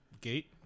Gate